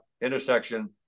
intersection